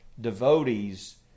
devotees